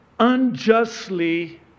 unjustly